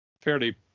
fairly